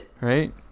Right